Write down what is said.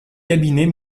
cabinet